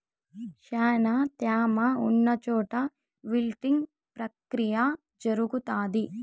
శ్యానా త్యామ ఉన్న చోట విల్టింగ్ ప్రక్రియ జరుగుతాది